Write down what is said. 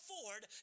afford